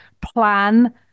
plan